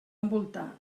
envoltar